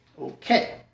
Okay